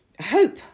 Hope